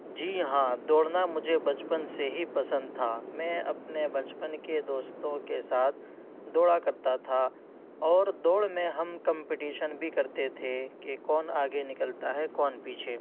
جی ہاں دوڑنا مجھے بچپن سے ہی پسند تھا میں اپنے بچپن کے دوستوں کے ساتھ دوڑا کرتا تھا اور دوڑ میں ہم کمپٹیشن بھی کرتے تھے کہ کون آگے نکلتا ہے کون پیچھے